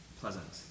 pleasant